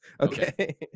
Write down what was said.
Okay